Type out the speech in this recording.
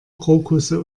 krokusse